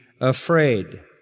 afraid